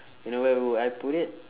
you know where would I put it